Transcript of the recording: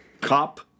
Cop